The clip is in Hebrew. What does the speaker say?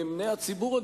נאמני הציבור הגדולים,